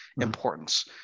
importance